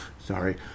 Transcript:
Sorry